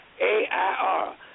A-I-R